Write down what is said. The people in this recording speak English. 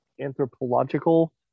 anthropological